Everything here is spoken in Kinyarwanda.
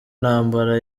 ntambara